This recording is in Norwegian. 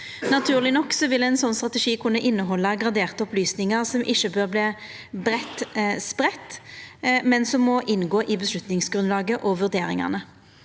Naturleg nok vil ein sånn strategi kunna innehalda graderte opplysningar som ikkje bør verta breitt spreidde, men som må inngå i avgjerdsgrunnlaget og vurderingane.